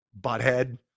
Butthead